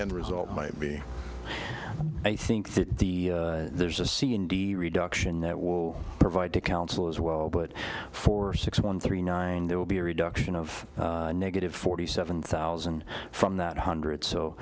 end result might be i think that the there's a c and d reduction that will provide to counsel as well but four six one three nine there will be a reduction of negative forty seven thousand from that hundred so